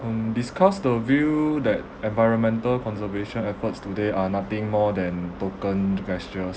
mm discuss the view that environmental conservation efforts today are nothing more than token gestures